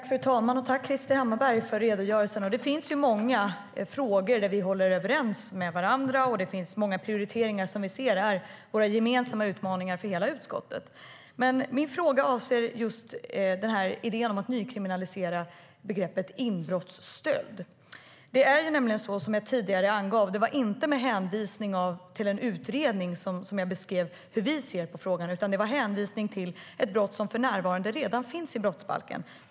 Fru talman! Jag tackar Krister Hammarbergh för redogörelsen. Det finns ju många frågor där vi är överens med varandra, och det finns många prioriteringar som vi ser är våra gemensamma utmaningar för hela utskottet. Min fråga avser idén om att nykriminalisera begreppet inbrottsstöld. Det är nämligen, som jag tidigare angav, inte med hänvisning till en utredning jag beskrev hur vi ser på frågan, utan det var med hänvisning till ett brott som redan finns i brottsbalken.